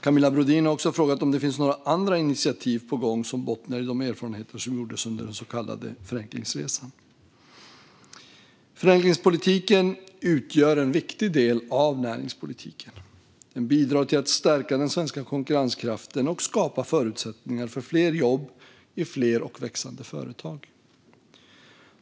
Camilla Brodin har också frågat om det finns några andra initiativ på gång som bottnar i de erfarenheter som gjordes under den så kallade Förenklingsresan. Förenklingspolitiken utgör en viktig del av näringspolitiken. Den bidrar till att stärka den svenska konkurrenskraften och skapa förutsättningar för fler jobb i fler och växande företag.